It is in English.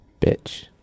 Bitch